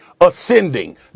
ascending